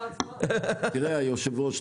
היושב-ראש,